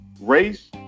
race